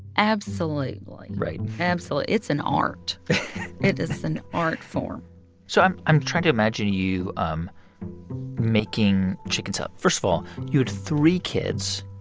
absolutely like right absolutely. it's an art it is an art form so i'm i'm trying to imagine you um making chicken so salad. first of all, you had three kids.